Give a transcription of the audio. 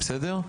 בסדר?